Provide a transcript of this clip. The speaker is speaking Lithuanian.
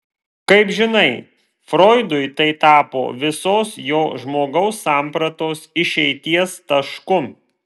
kaip žinai froidui tai tapo visos jo žmogaus sampratos išeities tašku